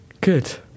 Good